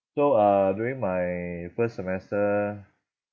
so uh during my first semester